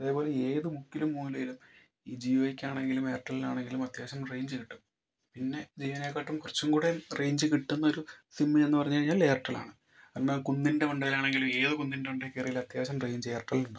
അതേപോലെ ഏത് മുക്കിലും മൂലയിലും ഈ ജിയോയ്ക്ക് ആണെങ്കിലും എയർടെല്ലിനാണെങ്കിലും അത്യാവിശ്യം റേഞ്ച് കിട്ടും പിന്നേ ജിയോനെക്കാട്ടും കുറച്ചും കൂടെ റേഞ്ച് കിട്ടുന്ന ഒരു സിം എന്ന് പറഞ്ഞ് കഴിഞ്ഞാൽ എയർടെലാണ് എന്നാൽ കുന്നിൻ്റെ മണ്ടേലാണെങ്കിലും ഏത് കുന്നിൻ്റെ മണ്ടേൽ കയറിയാലും അത്യാവിശ്യം റേഞ്ച് എയർടെല്ലിനുണ്ടാവും